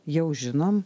jau žinom